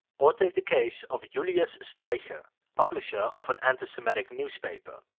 or take the case of julius streicher, publisher of an anti-semitic newspaper.